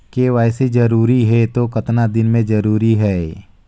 KYC जरूरी हे तो कतना दिन मे जरूरी है?